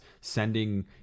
sending